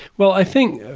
well, i think,